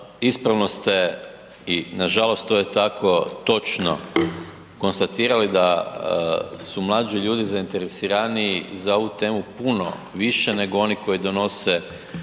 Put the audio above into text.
ispravno ste i nažalost to je tako točno konstatirali da su mlađi ljudi zainteresiraniji za ovu temu puno više nego oni koji donose